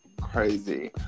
crazy